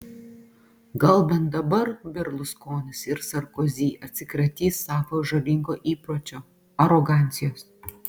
gal bent dabar berluskonis ir sarkozy atsikratys savo žalingo įpročio arogancijos